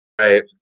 Right